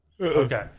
Okay